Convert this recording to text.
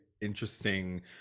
interesting